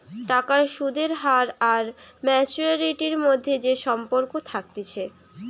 টাকার সুদের হার আর ম্যাচুয়ারিটির মধ্যে যে সম্পর্ক থাকতিছে